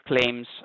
claims